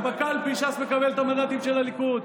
ובקלפי ש"ס מקבלת את המנדטים של הליכוד.